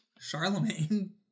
Charlemagne